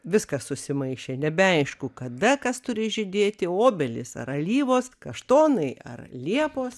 viskas susimaišė nebeaišku kada kas turi žydėti obelys ar alyvos kaštonai ar liepos